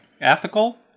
ethical